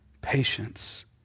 patience